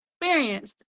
experienced